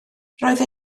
roedd